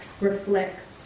reflects